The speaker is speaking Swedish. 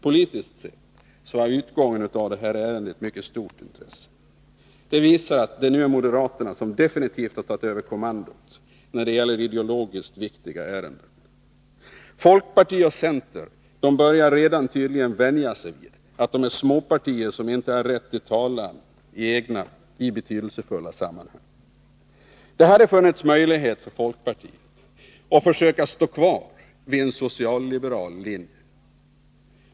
Politiskt sett har utgången av detta ärende ett mycket stort intresse. Den visar att det nu är moderaterna som definitivt har tagit över kommandot när det gäller ideologiskt viktiga ärenden. Folkparti och center börjar tydligen redan vänja sig vid att de är småpartier som egentligen inte har rätt till egen talan i betydelsefulla sammanhang. Det hade funnits möjligheter för folkpartiet att stå kvar vid en socialliberal linje.